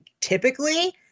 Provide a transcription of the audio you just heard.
typically